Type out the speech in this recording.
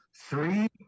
three